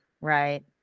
Right